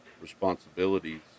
responsibilities